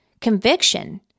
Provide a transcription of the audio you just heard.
conviction